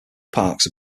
parks